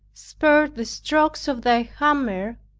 spared the strokes of thy hammer,